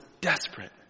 desperate